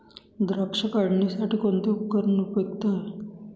द्राक्ष काढणीसाठी कोणते उपकरण उपयुक्त आहे?